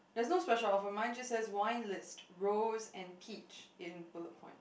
there's no special offer mine just has wine list rose and peak in bullet point